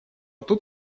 тут